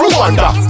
Rwanda